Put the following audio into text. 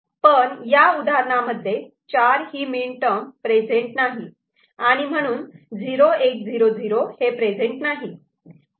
पण ह्या उदाहरणांमध्ये 4 हि मीनटर्म प्रेझेंट नाही आणि म्हणून 0 1 0 0 हें प्रेझेंट नाही